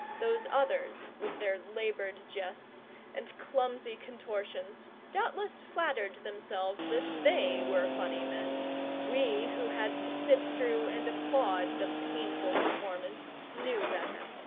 those others, with their laboured jests and clumsy contortions, doubtless flattered themselves that they were funny men we, who had to sit through and applaud the painful performance, knew better.